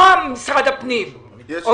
אנחנו